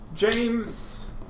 James